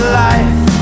life